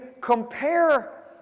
compare